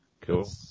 Cool